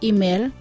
Email